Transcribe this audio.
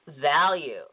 value